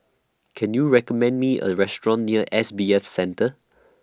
Can YOU recommend Me A Restaurant near S B F Center